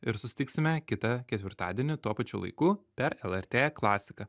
ir susitiksime kitą ketvirtadienį tuo pačiu laiku per lrt klasiką